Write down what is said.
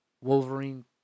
Wolverine